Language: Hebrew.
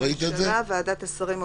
ואולם" "" רשאית ועדת השרים,